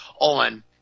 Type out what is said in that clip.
on